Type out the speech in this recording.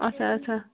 اَچھا اَچھا